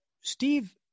Steve